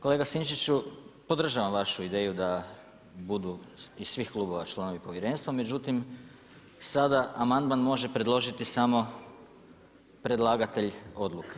Kolega Sinčiću, podržavam vašu ideju da budu iz svih klubova članovi povjerenstva, međutim sada amandman može predložiti samo predlagatelj odluke.